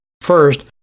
First